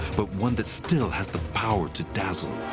but one that still has the power to dazzle.